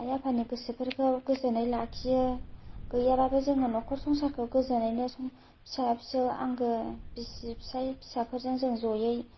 आइ आफानि गोसोफोरखौ गोजोनै लाखियो गैयाबाबो जोङो न'खर संसारखौ गोजोनैनो सं फिसा फिसौ आंगो बिसि फिसाय फिसाफोरजों जों ज'यै